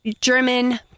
German